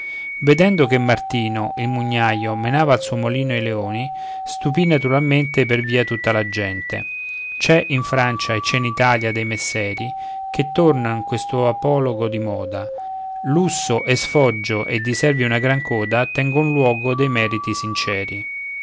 vedendo che martino il mugnaio menava al suo molino i leoni stupì naturalmente per via tutta la gente c'è in francia e c'è in italia dei messeri che tornan questo apologo di moda lusso e sfoggio e di servi una gran coda tengon luogo dei meriti sinceri